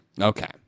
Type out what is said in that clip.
Okay